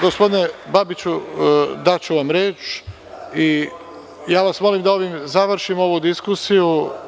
Gospodine Babiću daću vam reč i molim vas da ovim završimo ovu diskusiju.